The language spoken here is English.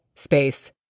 space